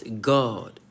God